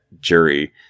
jury